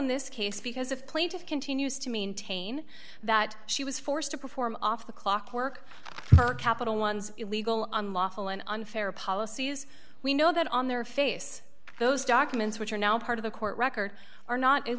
in this case because if plaintiff continues to maintain that she was forced to perform off the clock work her capital one's illegal unlawful and unfair policies we know that on their face those documents which are now part of the court record are not i